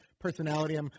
personality